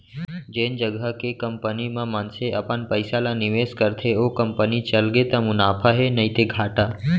जेन जघा के कंपनी म मनसे अपन पइसा ल निवेस करथे ओ कंपनी चलगे त मुनाफा हे नइते घाटा